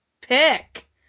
pick